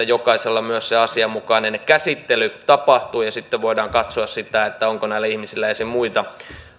jokaisella myös se asianmukainen käsittely tapahtuu sitten voidaan katsoa sitä onko näillä ihmisillä muita